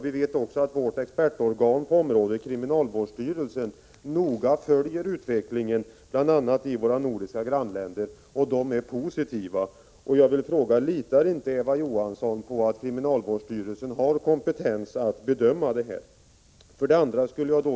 Vi vet att expertorganet på området, kriminalvårdsstyrelsen, noga följer utvecklingen i bl.a. de nordiska grannländerna, och de är alltså positiva. Jag vill fråga: Litar inte Eva Johansson på att kriminalvårdsstyrelsen har kompetens att bedöma detta?